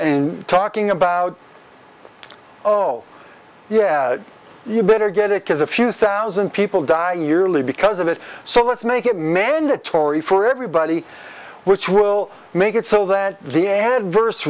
in talking about oh yeah you better get it because a few thousand people die yearly because of it so let's make it mandatory for everybody which will make it so that the adverse